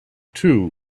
too